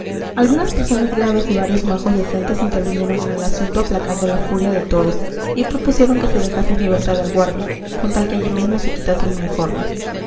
algunas personas graves y varios majos decentes intervinieron en el asunto aplacando la furia de todos y propusieron que se dejase en libertad al guardia con tal que allí mismo se quitase el uniforme